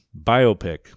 biopic